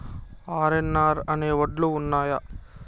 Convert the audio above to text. RNR అనే వడ్లు ఉన్నయా?